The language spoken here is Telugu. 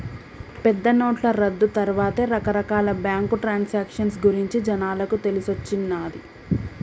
పెద్దనోట్ల రద్దు తర్వాతే రకరకాల బ్యేంకు ట్రాన్సాక్షన్ గురించి జనాలకు తెలిసొచ్చిన్నాది